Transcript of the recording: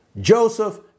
Joseph